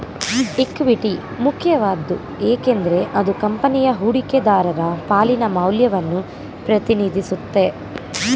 equity ಮುಖ್ಯವಾದ್ದು ಏಕೆಂದ್ರೆ ಅದು ಕಂಪನಿಯ ಹೂಡಿಕೆದಾರರ ಪಾಲಿನ ಮೌಲ್ಯವನ್ನ ಪ್ರತಿನಿಧಿಸುತ್ತೆ